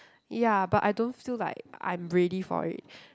ya but I don't feel like I'm ready for it